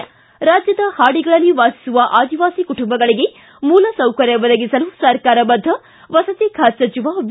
ಿ ರಾಜ್ಯದ ಹಾಡಿಗಳಲ್ಲಿ ವಾಸಿಸುವ ಆದಿವಾಸಿ ಕುಟುಂಬಗಳಿಗೆ ಮೂಲಸೌಕರ್ಯ ಒದಗಿಸಲು ಸರ್ಕಾರ ಬದ್ಧ ವಸತಿ ಖಾತೆ ಸಚಿವ ವಿ